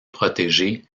protégé